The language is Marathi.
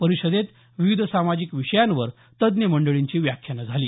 परिषदेत विविध सामाजिक विषयांवर तज्ञ मंडळींची व्याख्यानं झाली